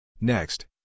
Next